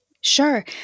Sure